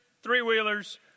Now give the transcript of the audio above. three-wheelers